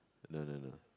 no no no